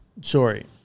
Sorry